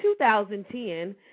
2010 –